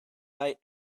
night